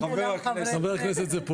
קודם כל בעיות לוגיסטיות.